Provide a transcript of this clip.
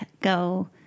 go